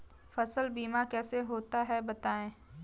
फसल बीमा कैसे होता है बताएँ?